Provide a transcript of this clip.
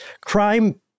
Crime